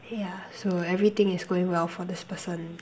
yeah so everything is going well for this person